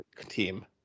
team